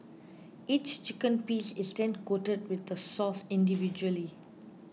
each chicken piece is then coated with the sauce individually